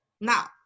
now